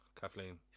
Kathleen